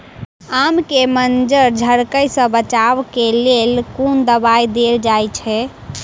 आम केँ मंजर झरके सऽ बचाब केँ लेल केँ कुन दवाई देल जाएँ छैय?